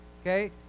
Okay